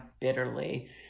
bitterly